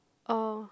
oh